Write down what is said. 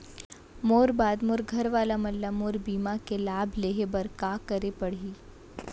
मोर बाद मोर घर वाला मन ला मोर बीमा के लाभ लेहे बर का करे पड़ही?